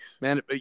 man